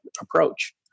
approach